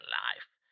life